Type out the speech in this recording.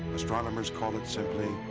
astronomers call it, simply,